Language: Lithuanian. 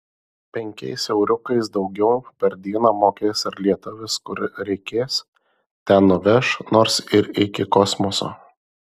penkiais euriukais daugiau per dieną mokės ir lietuvis kur reikės ten nuveš nors ir iki kosmoso